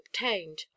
obtained